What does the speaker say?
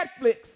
Netflix